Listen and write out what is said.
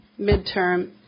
midterm